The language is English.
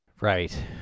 Right